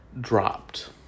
dropped